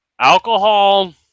Alcohol